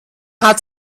hat